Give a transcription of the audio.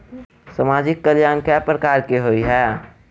सामाजिक कल्याण केट प्रकार केँ होइ है?